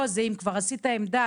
פה אם כבר עשית עמדה,